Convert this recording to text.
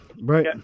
Right